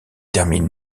termine